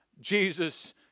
Jesus